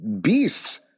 Beasts